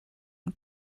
and